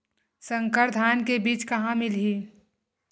संकर धान के बीज कहां मिलही?